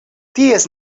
ties